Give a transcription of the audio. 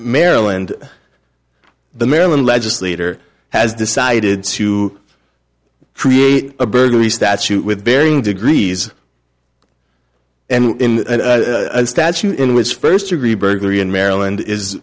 maryland the maryland legislator has decided to create a burglary statute with varying degrees and statute in which first degree burglary in maryland is